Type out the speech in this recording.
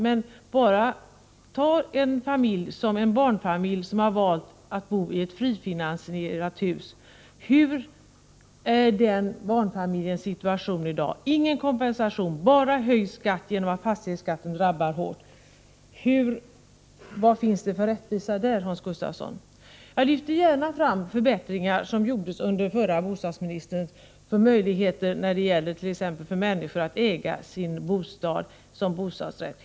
Men ta som exempel en barnfamilj som valt att bo i ett frifinansierat hus! Hur är i dag den barnfamiljens situation? Den får ingen kompensation, utan den drabbas bara hårt av fastighetsskatten. Vad finns det där för rättvisa, Hans Gustafsson? Jag lyfter gärna fram förbättringar som gjordes under den förra bostadsministerns tid, t.ex. när det gäller människors möjligheter att äga sin lägenhet i form av bostadsrätt.